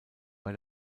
bei